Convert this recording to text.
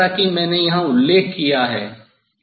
लेकिन जैसा कि मैंने यहां उल्लेख किया है